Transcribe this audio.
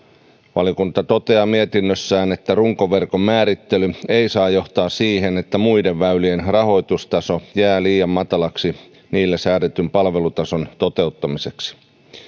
valiokunta toteaa mietinnössään että runkoverkon määrittely ei saa johtaa siihen että muiden väylien rahoitustaso jää liian matalaksi niille säädetyn palvelutason toteuttamiseksi